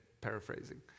paraphrasing